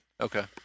Okay